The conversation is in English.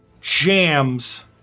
jams